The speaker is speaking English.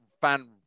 fan